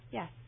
Yes